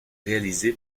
réalisé